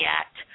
act